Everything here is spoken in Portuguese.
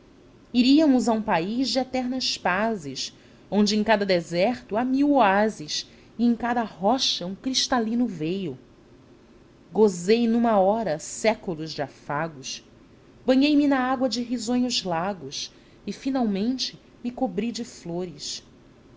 iríamos a um país de eternas pazes onde em cada deserto há mil oásis e em cada rocha um cristalino veio gozei numa hora séculos de afagos banhei me na água de risonhos lagos e finalmente me cobri de flores